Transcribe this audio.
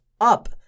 up